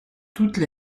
toutes